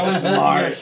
smart